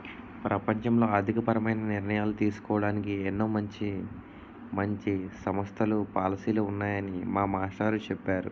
ప్రపంచంలో ఆర్థికపరమైన నిర్ణయాలు తీసుకోడానికి ఎన్నో మంచి మంచి సంస్థలు, పాలసీలు ఉన్నాయని మా మాస్టారు చెప్పేరు